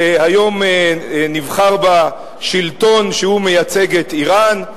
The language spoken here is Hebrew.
שהיום נבחר בה שלטון שמייצג את אירן,